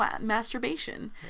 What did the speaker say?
masturbation